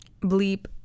bleep